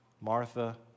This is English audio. Martha